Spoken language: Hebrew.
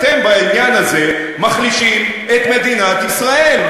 אתם בעניין הזה מחלישים את מדינת ישראל.